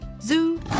Zoo